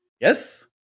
Yes